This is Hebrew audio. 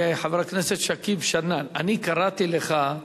חבר הכנסת שכיב שנאן, אני קראתי לך,